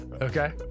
Okay